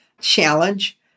Challenge